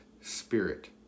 spirit